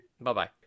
Bye-bye